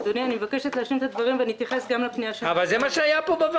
היה כאן